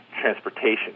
transportation